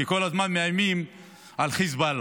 כי כל הזמן מאיימים על חיזבאללה,